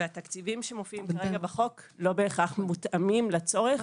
והתקציבים שמופיעים כרגע בחוק לא בהכרח מותאמים לצורך,